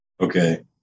Okay